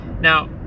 Now